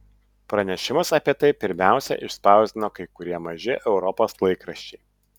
pranešimus apie tai pirmiausia išspausdino kai kurie maži europos laikraščiai